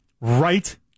Right